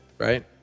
right